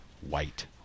white